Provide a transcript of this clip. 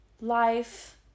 life